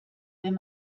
wenn